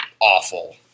awful